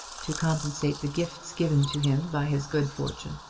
to compensate the gifts given to him by his good fortune,